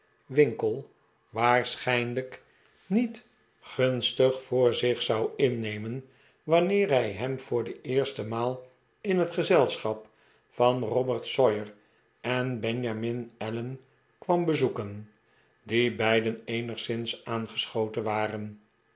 winkle waarschijnlijk niet gunstig voor zich zou innemen wanneer hij hem voor de eerste maal in het gezelschap van robert sawyer en benjamin allen kwam bezoeken die beiden eenigszins aangeschoten waren